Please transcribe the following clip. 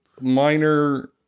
minor